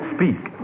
Speak